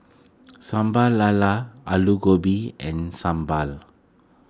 Sambal Lala Aloo Gobi and Sambal